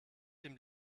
dem